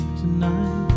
tonight